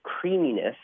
creaminess